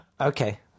Okay